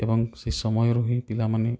ଏବଂ ସେ ସମୟରୁ ହିଁ ପିଲାମାନେ